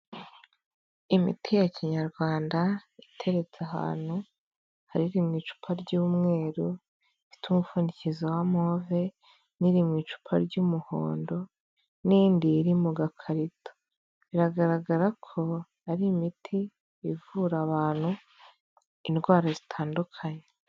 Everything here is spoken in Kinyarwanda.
Imiti ya kinyarwanda itereretse ahantu hari iri mu icupa ry'umweru rifite umupfundikizo wa move n'iri mu icupa ry'umuhondo n'indi iri mu gakarito, biragaragara ko ari imiti ivura abantu indwara zitandukanye.